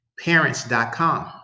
parents.com